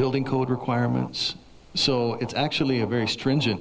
building code requirements so it's actually a very stringent